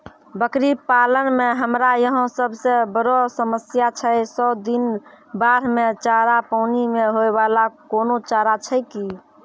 बकरी पालन मे हमरा यहाँ सब से बड़ो समस्या छै सौ दिन बाढ़ मे चारा, पानी मे होय वाला कोनो चारा छै कि?